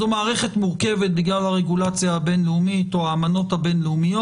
זו מערכת מורכבת בגלל הרגולציה הבין-לאומית או האמנות הבין-לאומיות.